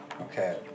Okay